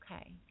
Okay